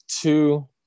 two